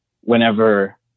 whenever